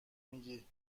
میگی